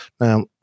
Now